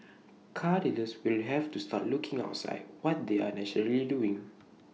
car dealers will have to start looking outside what they are naturally doing